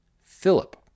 Philip